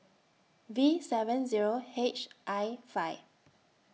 V seven Zero H I five